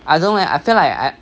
I don't know leh I feel like I